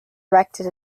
erected